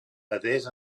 adés